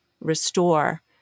restore